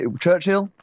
Churchill